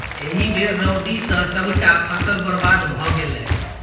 एहि बेर रौदी सँ सभटा फसल बरबाद भए गेलै